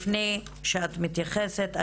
לפני שאת מתייחסת,